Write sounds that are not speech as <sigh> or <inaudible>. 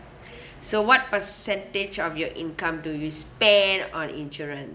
<breath> so what percentage of your income do you spend on insurance